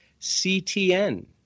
CTN